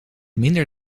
minder